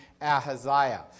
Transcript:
Ahaziah